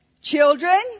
children